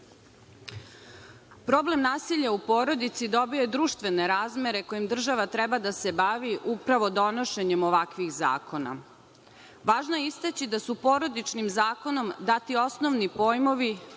nasilja. Problem nasilja u porodici dobija društvene razmere kojim država treba da se bavi upravo donošenjem ovakvih zakona. Važno je istaći da su porodičnim zakonom dati osnovni pojmovi